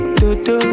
dodo